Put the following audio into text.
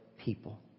people